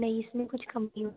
नहीं इसमें कुछ कम नहीं होगा